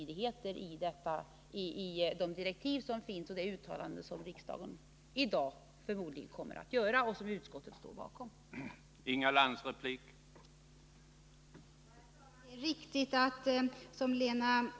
De direktiv som finns och det uttalande som riksdagen i dag förmodligen kommer att göra och som utskottet står bakom är inte på något sätt motstridiga.